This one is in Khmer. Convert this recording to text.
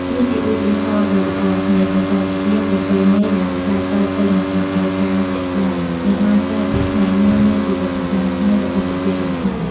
វាជាឧទាហរណ៍ដ៏ល្អនៃបច្ចេកវិទ្យាប្រពៃណីដែលឆ្លើយតបទៅនឹងតម្រូវការជាក់ស្តែង និងបានក្លាយជាផ្នែកមួយនៃជីវិតប្រចាំថ្ងៃរបស់ប្រជាជនខ្មែរ។